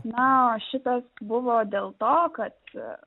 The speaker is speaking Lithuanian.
na o šitas buvo dėl to kad